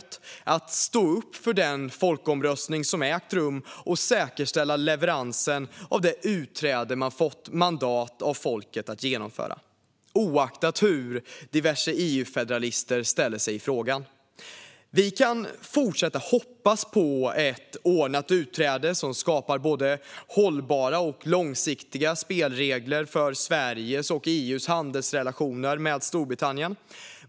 Det handlar om att stå upp för den folkomröstning som ägt rum och säkerställa leveransen av det utträde man fått mandat av folket att genomföra. Det gäller oavsett hur diverse EU-federalister ställer sig i frågan. Vi kan fortsätta att hoppas på ett ordnat utträde som skapar både hållbara och långsiktiga spelregler för Sveriges och EU:s handelsrelationer med Storbritannien.